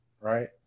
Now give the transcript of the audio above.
right